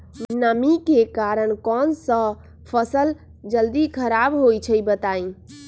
नमी के कारन कौन स फसल जल्दी खराब होई छई बताई?